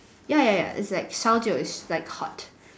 ya ya is like 烧酒 is like hot